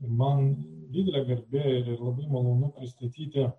man didelė garbė ir labai malonu pristatyti